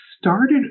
started